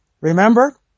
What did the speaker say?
Remember